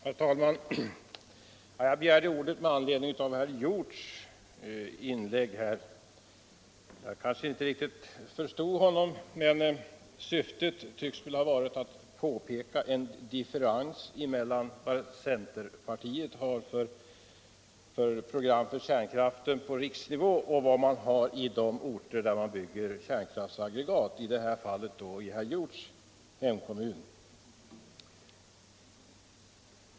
Herr talman! Jag begärde ordet med anledning av herr Hjorths inlägg. Jag kanske inte riktigt förstod honom, men syftet tycks ha varit att påpeka en differens mellan centerpartiets kärnkraftsprogram på riksnivå och i de orter där man bygger kärnkraftsaggregat — i det här fallet i herr Hjorths hemkommun.